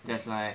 that's like